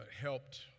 helped